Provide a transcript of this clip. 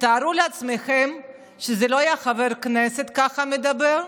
תארו לעצמכם שזה לא היה חבר כנסת שמדבר כך,